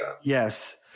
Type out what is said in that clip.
Yes